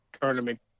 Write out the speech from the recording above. tournament